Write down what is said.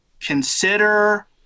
consider